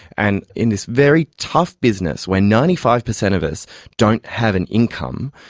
and in this very tough business where ninety five percent of us don't have an income,